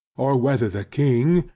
or, whether the king,